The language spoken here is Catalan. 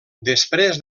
després